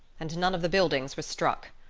and none of the buildings was struck.